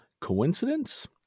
Coincidence